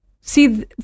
See